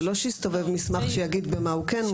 זה לא שיסתובב מסמך שיגיד במה הוא כן מורשע.